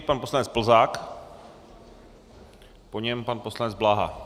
Pan poslanec Plzák, po něm pan poslanec Bláha.